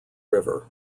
river